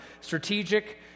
strategic